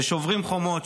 ששוברים חומות,